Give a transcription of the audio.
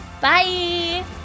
bye